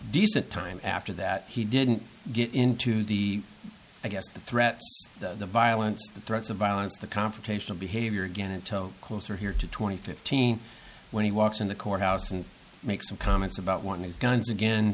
decent time after that he didn't get into the i guess the threat the violence the threats of violence the confrontational behavior again until closer here to twenty fifteen when he walks in the courthouse and make some comments about one of these guns again